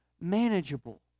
manageable